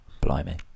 blimey